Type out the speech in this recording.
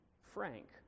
frank